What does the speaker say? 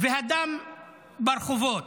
והדם ברחובות.